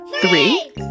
three